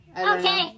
Okay